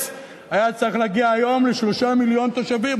היה צריך להגיע היום ל-3 מיליון תושבים,